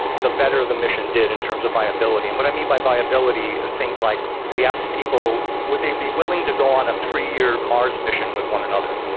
the better the mission did in terms of viability. and what i mean by viability are things like we asked people would they be willing to go on a three-year mars mission with one another.